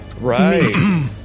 Right